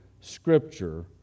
Scripture